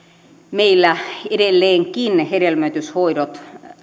meillä edelleenkin hedelmöityshoidot